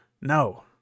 No